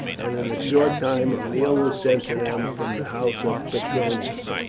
and in a short time a meal was sent to them from the house of petronius.